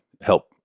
help